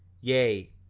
yea,